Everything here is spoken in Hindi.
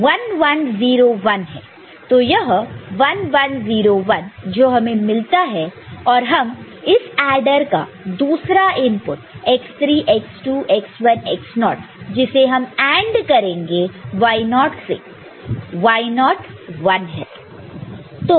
तो यह 1 1 0 1 जो हमें मिलता है और इस एडर का दूसरा input x 3 x 2 x 1 x 0 जिसे हम AND करेंगे y0 से y0 1 है